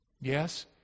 Yes